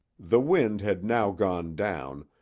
the wind had now gone down,